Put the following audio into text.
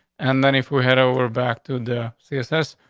and then if we head over back to the css,